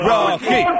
Rocky